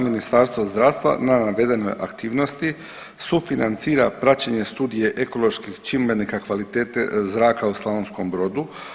Ministarstvo zdravstva na navedenoj aktivnosti sufinancira praćenje studije ekoloških čimbenika kvalitete zraka u Slavonskom Brodu.